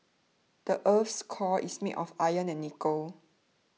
the earth's core is made of iron and nickel